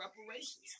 reparations